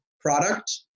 product